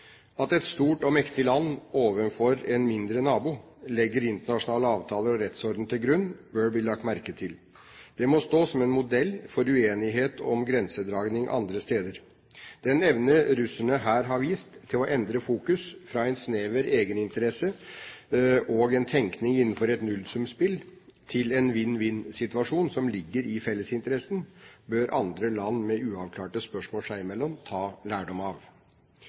At et stort og mektig land overfor en mindre nabo legger internasjonale avtaler og internasjonal rettsorden til grunn, bør bli lagt merke til. Det må stå som en modell for uenighet om grensedragning andre steder. Den evne russerne her har vist til å endre fokus fra en snever egeninteresse og en tenkning innenfor et nullsumspill til en vinn-vinn-situasjon som ligger i fellesinteressen, bør andre land med uavklarte spørsmål seg imellom ta lærdom av. Avtalens bestemmelser om samarbeid om forvaltning og utnyttelse av